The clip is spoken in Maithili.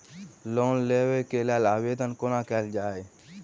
लोन लेबऽ कऽ लेल आवेदन कोना कैल जाइया?